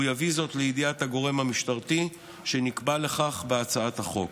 הוא יביא זאת לידיעת הגורם המשטרתי שנקבע לכך בהצעת החוק.